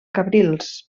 cabrils